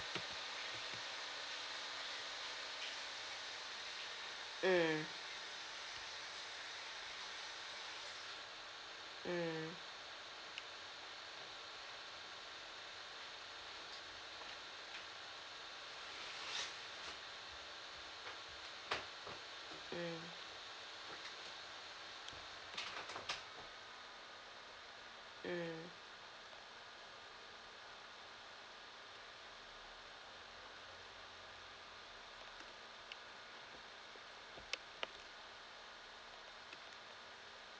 mm mm mm mm